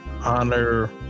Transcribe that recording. Honor